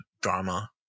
drama